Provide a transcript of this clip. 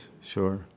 Sure